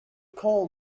call